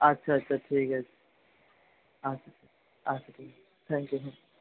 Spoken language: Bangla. আচ্ছা আচ্ছা ঠিক আছে আচ্ছা আচ্ছা ঠিক আছে থ্যাংক ইউ